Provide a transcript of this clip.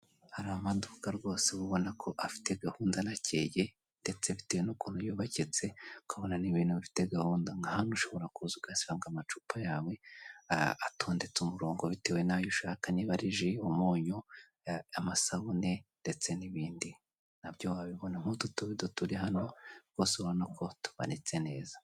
Hari amaduka rwose ubona ko afite gahunda nakeye ndetse bitewe n'ukuntu yubaketse ukabona ni'ibintu bifite gahunda, nka hano ushobora kuza ugasanga amacupa yawe atondetse ku murongo bitewe n'ayo ushaka niba ari ji, umunyu, amasabune ndetse n'ibindi nabyo wabibona nk'utu tubido turi hano rwose urabonako tumanitse neza.